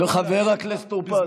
חבר הכנסת טור פז,